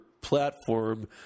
platform